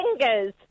fingers